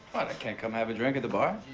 can't come have a drink at the bar?